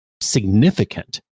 significant